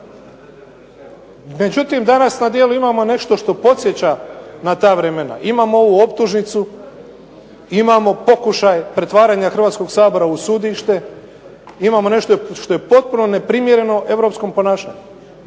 Međutim, danas na djelu imamo nešto što podsjeća na ta vremena. Imamo ovu optužnicu, imamo pokušaj pretvaranja Hrvatskog sabora u sudište, imamo nešto što je potpuno neprimjereno europskom ponašanju.